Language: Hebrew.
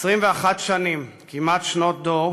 21 שנים, כמעט שנות דור,